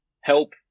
help